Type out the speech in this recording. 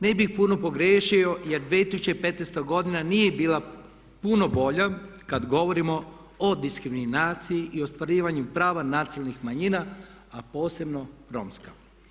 Ne bih puno pogriješio jer 2015. godina nije bila puno bolja kada govorimo o diskriminaciji i ostvarivanju prava nacionalnih manjina a posebno romska.